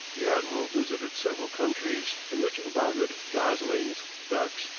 the admiral visited several countries, in which abounded goslings, ducks,